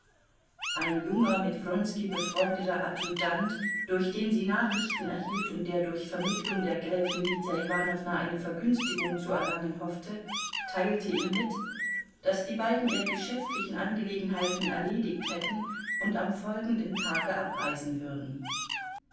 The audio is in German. ein junger mit wronski befreundeter adjutant durch den sie nachrichten erhielt und der durch vermittlung der gräfin lydia iwanowna eine vergünstigung zu erlangen hoffte teilte ihr mit daß die beiden ihre geschäftlichen angelegenheiten erledigt hätten und am folgenden tage abreisen würden